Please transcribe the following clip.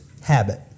habit